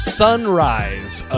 sunrise